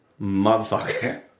motherfucker